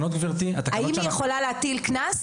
האם היא יכולה להטיל קנס?